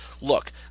look